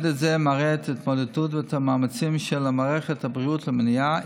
מדד זה מראה את ההתמודדות ואת המאמצים של מערכת הבריאות למניעה,